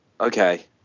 Okay